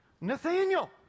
Nathaniel